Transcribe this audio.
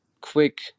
quick